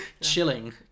Chilling